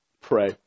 pray